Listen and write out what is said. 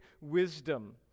wisdom